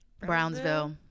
brownsville